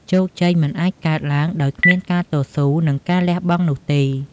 ជោគជ័យមិនអាចកើតឡើងដោយគ្មានការតស៊ូ និងការលះបង់នោះទេ។